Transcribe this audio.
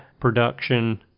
production